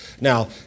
Now